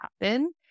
happen